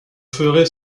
ferez